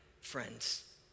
friends